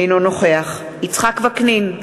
אינו נוכח יצחק וקנין,